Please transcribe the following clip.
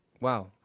Wow